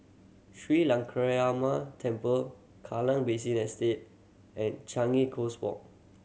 Sri Lankaramaya Temple Kallang Basin Estate and Changi Coast Walk